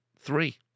Three